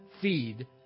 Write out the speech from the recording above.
feed